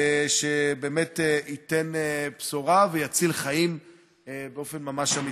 שבאמת ייתן בשורה ויציל חיים באופן ממש אמיתי.